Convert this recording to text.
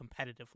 competitively